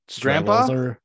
Grandpa